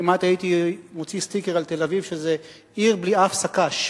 כמעט הייתי מוציא סטיקר על תל-אביב שזו עיר בלי אף שק"ש,